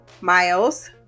miles